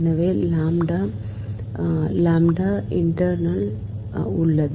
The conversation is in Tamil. எனவே லாம்ப்டா இன்டர்னல் உள்ளது